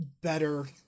better